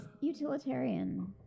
utilitarian